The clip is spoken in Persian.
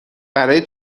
برای